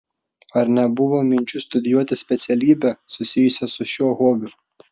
ar nebuvo minčių studijuoti specialybę susijusią su šiuo hobiu